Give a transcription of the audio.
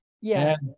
Yes